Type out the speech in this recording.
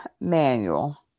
manual